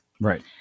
Right